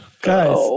Guys